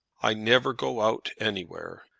i never go out anywhere.